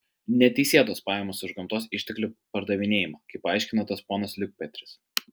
neteisėtos pajamos už gamtos išteklių pardavinėjimą kaip paaiškino tas ponas liukpetris